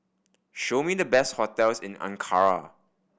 show me the best hotels in Ankara